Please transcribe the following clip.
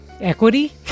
equity